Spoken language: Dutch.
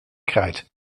krijt